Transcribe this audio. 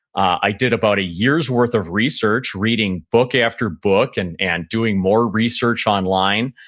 i did about a year's worth of research, reading book after book and and doing more research online.